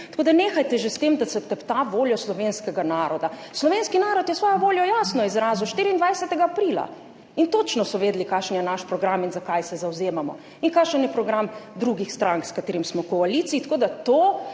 Tako da nehajte že s tem, da se tepta voljo slovenskega naroda. Slovenski narod je svojo voljo jasno izrazil 24. aprila in točno so vedeli kakšen je naš program in zakaj se zavzemamo in kakšen je program drugih strank, s katerim smo v koaliciji. Tako da to